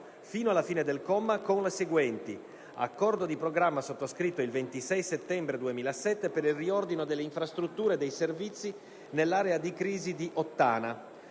fino alla fine del comma, con le seguenti: "accordo di programma sottoscritto il 26 settembre 2007 per il riordino delle infrastrutture e dei servizi nell'area di crisi di Ottana;